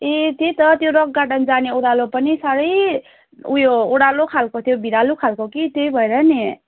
ए त्यही त त्यो रक गार्डन जाने ओह्रालो पनि साह्रै उयो ओह्रालो खाल्को त्यो भिरालो खाल्को कि त्यही भएर नि